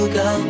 go